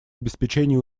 обеспечении